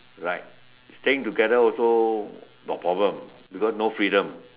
right staying together also got problem because no freedom